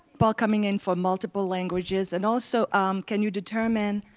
but coming in for multiple languages, and also um can you determine